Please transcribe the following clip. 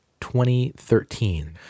2013